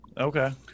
Okay